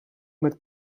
met